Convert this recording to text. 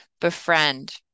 Befriend